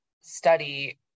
study